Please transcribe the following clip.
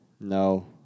No